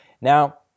Now